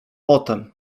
potem